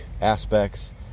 aspects